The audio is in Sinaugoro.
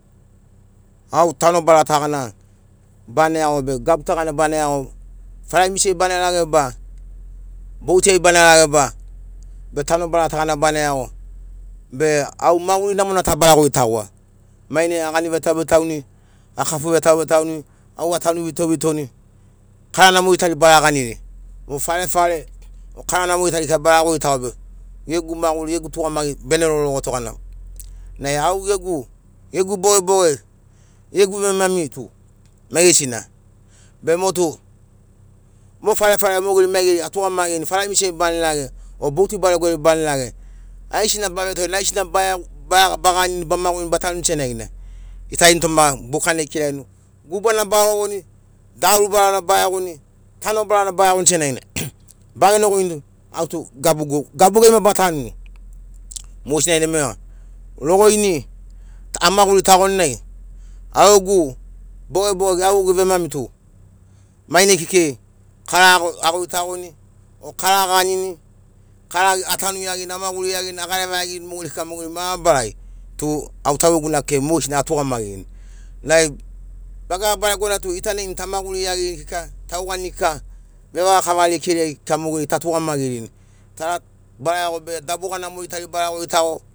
Au tanobara ta ḡana bana iaḡo be gabuta ḡana bana iaḡo, faraimisiai bana raḡe ba? Boutiai bana rage ba? Be tanobara ta ḡana bana iaḡo be au maḡuri namona ta bara ḡoitaḡoa. Mainai again vetauvetauni akafu vetauvetauni au atanu vitovitoni. Kara namori tari bara ḡaniri o farefare o kara namori tari kika bara ḡoitaḡo be ḡegu maḡuri ḡegu tuḡamaḡi bene roroḡoto ḡana nai au ḡegu- ḡegu boḡeboḡe ḡegu vemami tu maiḡesina be mo tu mo farefare moḡeri maiḡeri atuḡamaḡirini faraimisiai bana raḡe o bouti baregoriai bana raḡe, aiḡesina bavetoreni aiḡesina baḡanini, bamaḡurini, batanuni senaḡina ḡita initoma buka na ikiraḡiani, guba na barovoni, daḡarubara na baiaḡoni, tanobara na baiaḡoni senaḡina baḡenoḡoini, au tu gabugu gabuguai mo batanuni. Moḡesina naima roḡo ini a maḡuritaḡoni nai auḡegu boḡeboḡe au ḡegu vemami tu mainai kekei kara aḡoi- aḡoitaḡoni o kara aḡanini, kara ḡe- atanu iaḡini amaḡuri- iaḡini aḡareva iaḡini moḡeri kika moḡeri mabarari tu au tauḡeguna kekei moḡesina atuḡamaḡirini, nai dagara baregona tu ḡita na ini tamaḡuri- iaḡirini kika tauḡani kika vevaḡakava rekeriai kika moḡeri ta tuḡamaḡirini tara bara iaḡo be dabuḡa namori tari bara ḡoitaḡo